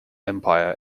empire